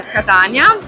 Catania